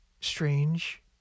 strange